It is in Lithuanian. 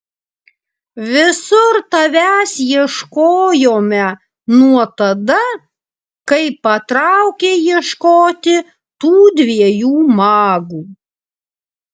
visur tavęs ieškojome nuo tada kai patraukei ieškoti tų dviejų magų